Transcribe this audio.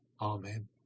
Amen